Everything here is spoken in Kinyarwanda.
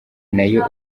nayo